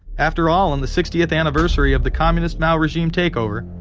after all on the sixtieth anniversary of the communist mao regime takeover,